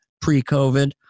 pre-COVID